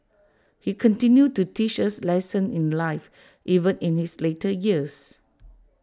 he continued to teach us lessons in life even in his later years